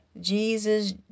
Jesus